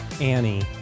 Annie